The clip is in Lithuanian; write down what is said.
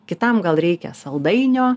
kitam gal reikia saldainio